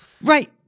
Right